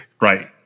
Right